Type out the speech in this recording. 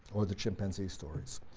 or the chimpanzee stories.